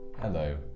Hello